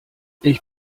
ich